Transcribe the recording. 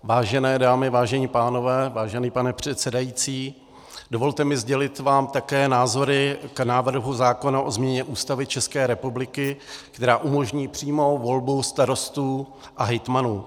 Vážené dámy, vážení pánové, vážený pane předsedající, dovolte mi sdělit vám také názory k návrhu zákona o změně Ústavy České republiky, která umožní přímou volbu starostů a hejtmanů.